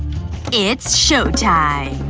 it's showtime!